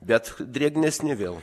bet drėgnesni vėl